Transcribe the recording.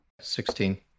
Sixteen